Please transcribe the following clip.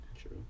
True